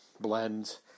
blends